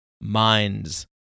minds